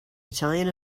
italian